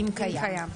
אם קיים.